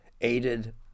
aided